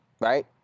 right